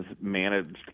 managed